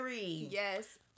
Yes